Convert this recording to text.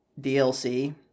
DLC